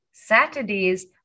Saturday's